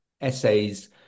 essay's